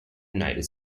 united